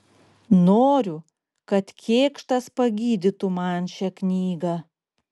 noriu kad kėkštas pagydytų man šią knygą